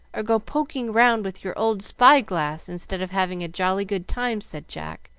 or go poking round with your old spy-glass instead of having a jolly good time, said jack,